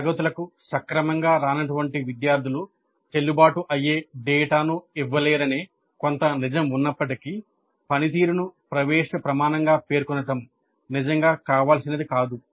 తరగతులకు సక్రమంగా రానటువంటి విద్యార్థులు చెల్లుబాటు అయ్యే డేటాను ఇవ్వలేరనే కొంత నిజం ఉన్నప్పటికీ పనితీరును ప్రవేశ ప్రమాణంగా పేర్కొనడం నిజంగా కావాల్సినది కాదు